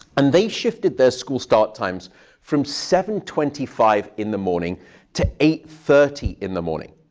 and they shifted their school start times from seven twenty five in the morning to eight thirty in the morning.